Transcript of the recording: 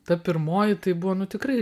ta pirmoji tai buvo nu tikrai